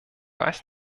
weiß